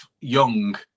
young